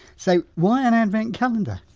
so, why an advent calendar?